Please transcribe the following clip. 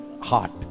heart